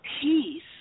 peace